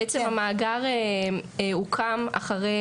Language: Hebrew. בעצם המאגר הוקם אחרי